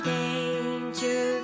danger